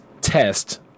test